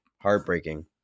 heartbreaking